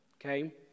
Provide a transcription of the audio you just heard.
okay